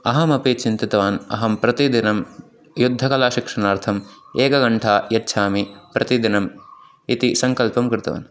अहमपि चिन्तितवान् अहं प्रतिदिनं युद्धकलाशिक्षणार्थम् एकघण्टा यच्छामि प्रतिदिनम् इति सङ्कल्पं कृतवान्